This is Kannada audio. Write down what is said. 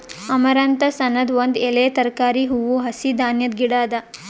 ಅಮರಂಥಸ್ ಅನದ್ ಒಂದ್ ಎಲೆಯ ತರಕಾರಿ, ಹೂವು, ಹಸಿ ಧಾನ್ಯದ ಗಿಡ ಅದಾ